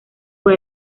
fue